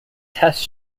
tests